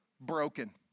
broken